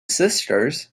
sisters